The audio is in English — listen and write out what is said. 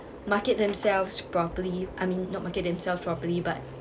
market themselves properly I mean not market themselves properly but